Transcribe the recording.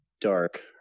dark